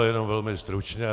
Jenom velmi stručně.